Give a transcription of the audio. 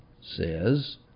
says